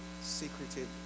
secretive